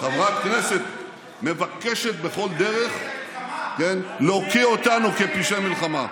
חברת כנסת מבקשת בכל דרך להוקיע אותנו כפושעי מלחמה.